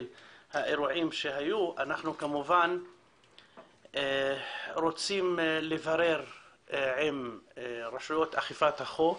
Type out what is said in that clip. האירועים שהיו אנחנו כמובן רוצים לברר עם רשויות אכיפת החוק